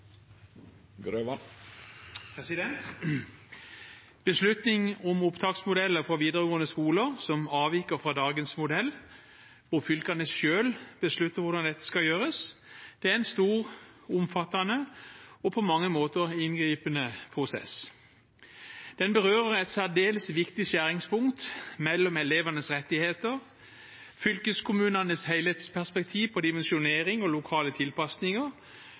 Beslutning om opptaksmodeller for videregående skole som avviker fra dagens modell, hvor fylkene selv beslutter hvordan dette skal gjøres, er en stor, omfattende og på mange måter inngripende prosess. Den berører et særdeles viktig skjæringspunkt mellom elevenes rettigheter, fylkeskommunenes helhetsperspektiv på dimensjonering og lokale tilpasninger